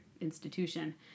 institution